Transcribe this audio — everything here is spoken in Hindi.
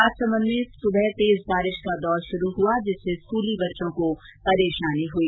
राजसमन्द में सुबह तेज बारिश का दौर शुरू हुआ जिससे स्कूली बच्चों को परेशानी हुई